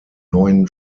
neuen